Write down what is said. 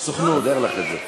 נסדר לך את זה.